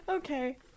okay